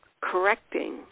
correcting